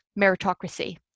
meritocracy